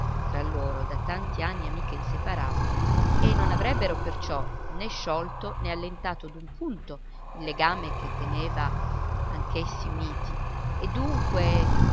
tra loro da tanti anni amiche inseparabili e non avrebbero perciò né sciolto né allentato d'un punto il legame che teneva anch'essi uniti e dunque